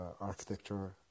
architecture